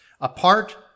Apart